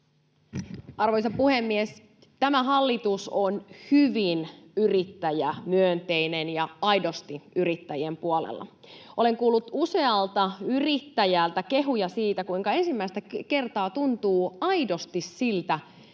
Arvoisa puhemies! Tämä hallitus on hyvin yrittäjämyönteinen ja aidosti yrittäjien puolella. Olen kuullut usealta yrittäjältä kehuja siitä, kuinka ensimmäistä kertaa tuntuu aidosti siltä,